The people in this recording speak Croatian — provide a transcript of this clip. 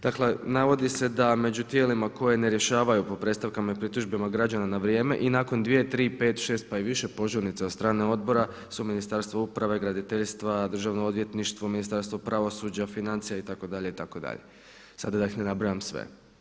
Dakle, navodi se da među tijelima koja ne rješavaju po predstavkama i pritužbama građana na vrijeme i nakon dvije, tri, pet, šest pa i više požurnica od strane odbora su Ministarstvo uprave, graditeljstva, Državno odvjetništvo, Ministarstvo pravosuđa, financija itd. itd. sada da ih ne nabrajam sve.